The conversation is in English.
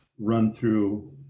run-through